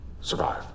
survive